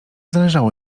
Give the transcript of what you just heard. zależało